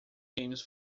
games